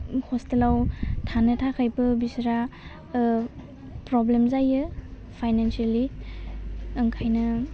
हस्टेलाव थानो थाखायबो बिस्रा ओह प्रब्लेम जायो फाइनानसियेलि ओंखायनो